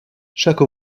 chaque